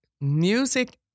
Music